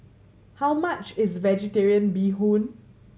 how much is Vegetarian Bee Hoon